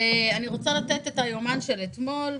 ואני רוצה לתת את היומן של אתמול.